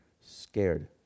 scared